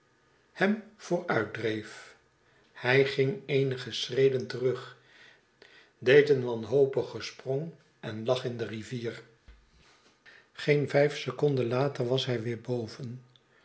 hem vooruitdreef hij ging eenige schreden terug deed een wanhopigen sprong en lag in de rivier de dood eens dronkaards geen vijf seconden later was hij weer boven